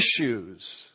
issues